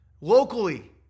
Locally